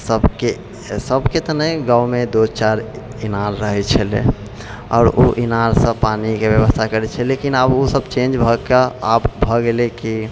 सबके सबके तऽ नहि गाँवमे दू चारि इनाल रहै छलै आओर ओ इनारसँ पानिके व्यवस्था करै छलै लेकिन आब ओ सभ चेन्ज भऽ कऽ आब भऽ गेलै कि